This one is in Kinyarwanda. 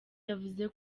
yavuze